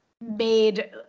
made